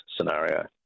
scenario